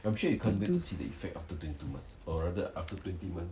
to~